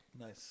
Nice